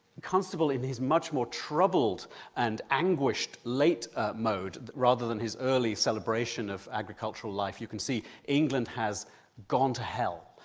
constable in his much more troubled and anguished late mode, rather than his early celebration of agricultural life. you can see england has gone to hell,